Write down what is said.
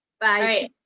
bye